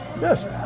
Yes